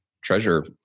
treasure